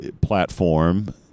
platform